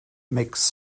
makes